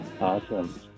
Awesome